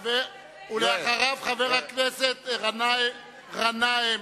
חבר הכנסת גנאים.